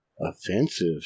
offensive